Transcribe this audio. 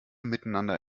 miteinander